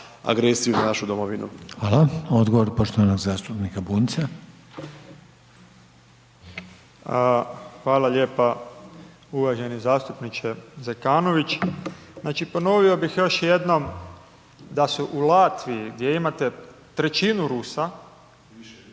Hvala. Odgovor poštovanog zastupnika Bunjca. **Bunjac, Branimir (Živi zid)** Hvala lijepa uvaženi zastupniče Zekanović. Znači, ponovio bih još jednom da su u Latviji gdje imate trećinu Rusa